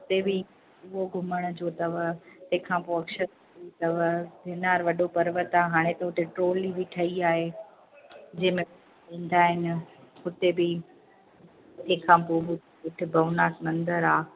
हिते बि उहो घुमण जो अथव तंहिंखां पोइ अक्षत अथव गिरनार वॾो पर्वत आहे हाणे त हुते ट्रॉली बि ठही आहे जंहिंमें ईंदा आहिनि हुते बि तंहिंखां पोइ हिकु भवनाथ मंदरु आहे